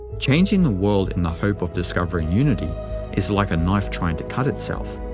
changing ah world in the hope of discovering unity is like a knife trying to cut itself.